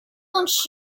方式